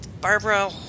Barbara